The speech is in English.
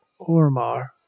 Ormar